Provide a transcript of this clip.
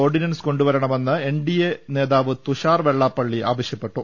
ordinance കൊണ്ടു വരണമെന്ന് N D A നേതാവ് തുഷാർ വെള്ളാപ്പള്ളി ആവശ്യപ്പെട്ടു